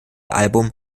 album